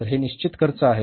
तर हे निश्चित खर्च आहेत